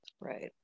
Right